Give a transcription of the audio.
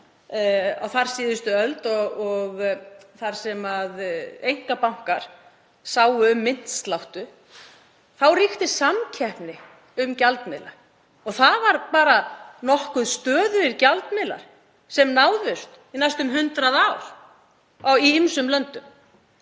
á þar síðustu öld, þar sem einkabankar sáu myntsláttu þá ríkti samkeppni um gjaldmiðla og það voru bara nokkuð stöðugir gjaldmiðlar sem náðust í næstum 100 ár í ýmsum löndum.